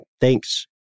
Thanks